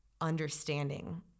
understanding